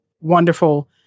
wonderful